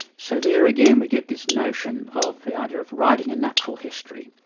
so there again, we get this notion of the idea of writing a natural history,